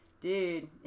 dude